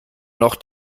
noch